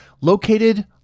located